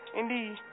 indeed